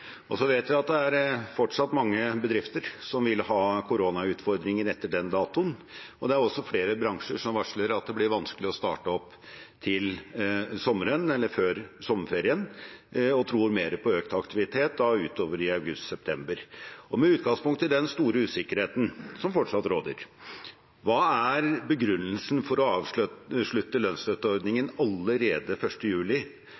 datoen, og det er også flere bransjer som varsler at det blir vanskelig å starte opp til sommeren eller før sommerferien og tror mer på aktivitet utover i august–september. Med utgangspunkt i den store usikkerheten som fortsatt råder, hva er begrunnelsen for å avslutte lønnsstøtteordningen allerede 1. juli,